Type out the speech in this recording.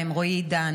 רועי עידן,